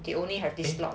the only have this slot